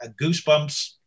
goosebumps